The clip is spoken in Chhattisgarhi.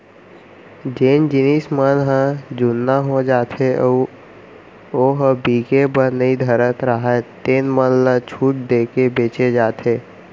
जेन जिनस मन ह जुन्ना हो जाथे अउ ओ ह बिके बर नइ धरत राहय तेन मन ल छूट देके बेचे जाथे